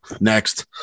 Next